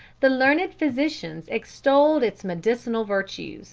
the learned physicians extolled its medicinal virtues